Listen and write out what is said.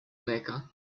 mecca